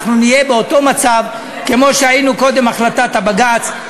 אנחנו נהיה באותו מצב כמו שהיינו קודם החלטת הבג"ץ.